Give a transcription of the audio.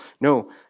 No